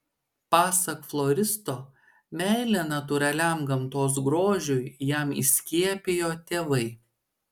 pasak floristo meilę natūraliam gamtos grožiui jam įskiepijo tėvai